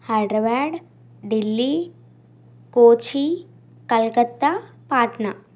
Hyderabad Delhi Kochi Calcutta Patna